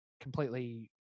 completely